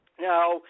Now